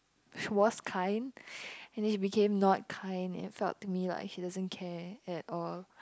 she was kind and then she became not kind and I felt to me like she doesn't care at all